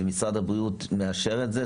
ומשרד הבריאות מאשר את זה?